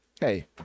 hey